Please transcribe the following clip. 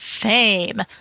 fame